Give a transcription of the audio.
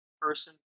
person